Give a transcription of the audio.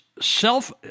self